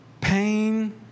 Pain